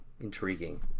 intriguing